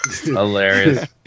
Hilarious